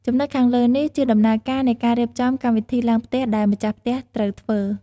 ចំណុចខាងលើនេះ ជាដំណើរការនៃការរៀបចំ កម្មវិធីឡើងផ្ទះដែលម្ចាស់ផ្ទះត្រូវធ្វើ។